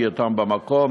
שהייתם במקום,